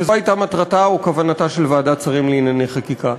שזאת הייתה מטרתה או כוונתה של ועדת שרים לענייני חקיקה.